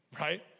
right